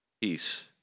Peace